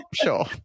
sure